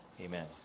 Amen